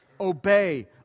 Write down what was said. Obey